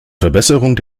verbesserung